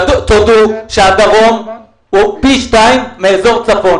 הדרום הוא פי שתיים מאזור הצפון.